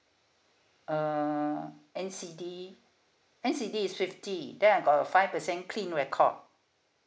uh N_C_D N_C_D is fifty then I got a five percent clean record